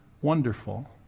Wonderful